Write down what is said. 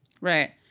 Right